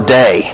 day